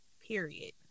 Period